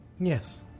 Yes